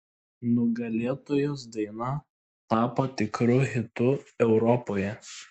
nugalėtojos daina tapo tikru hitu europoje